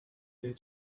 their